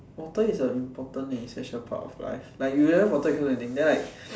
water is an important and essential part of life like you don't have water you cannot do anything